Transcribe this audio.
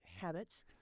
habits